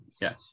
Yes